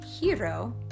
Hero